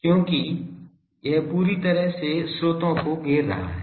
क्योंकि यह पूरी तरह से स्रोतों को घेर रहा है